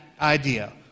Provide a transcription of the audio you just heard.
idea